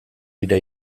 dira